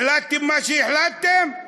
החלטתם מה שהחלטתם?